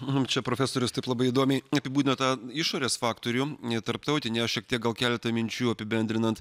mum čia profesorius taip labai įdomiai apibūdino tą išorės faktorių tarptautinį aš šiek tiek gal keletą minčių apibendrinant